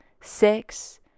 six